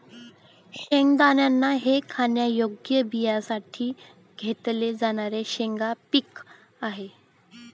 शेंगदाणा हे खाण्यायोग्य बियाण्यांसाठी घेतले जाणारे शेंगा पीक आहे